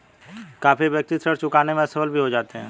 काफी व्यक्ति ऋण चुकाने में असफल भी हो जाते हैं